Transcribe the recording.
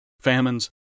famines